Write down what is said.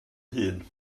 hun